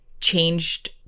changed